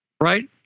right